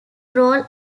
role